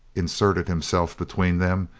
inserted him self between them,